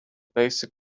basic